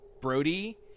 Brody